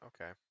okay